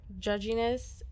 judginess